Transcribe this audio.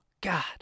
God